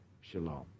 Shalom